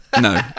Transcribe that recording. No